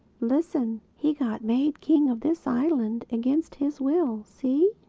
listen he got made king of this island against his will, see?